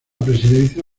presidencia